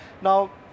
Now